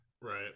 Right